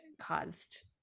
caused